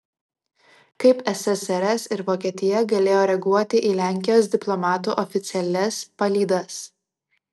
kaip ssrs ir vokietija galėjo reaguoti į lenkijos diplomatų oficialias palydas